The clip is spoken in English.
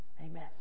Amen